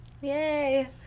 yay